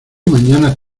mañanas